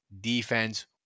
defense